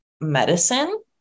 medicine